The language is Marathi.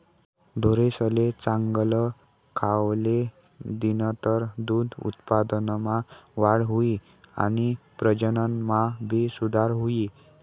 ढोरेसले चांगल खावले दिनतर दूध उत्पादनमा वाढ हुई आणि प्रजनन मा भी सुधार हुई